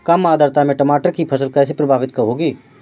कम आर्द्रता में टमाटर की फसल कैसे प्रभावित होगी?